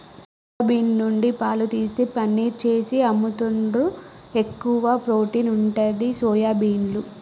soya bean నుండి పాలు తీసి పనీర్ చేసి అమ్ముతాండ్రు, ఎక్కువ ప్రోటీన్ ఉంటది సోయాబీన్ల